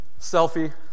Selfie